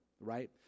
right